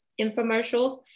infomercials